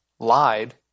lied